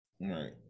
Right